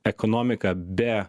ekonomika be